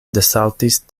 desaltis